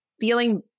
feeling